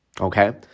okay